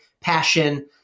passion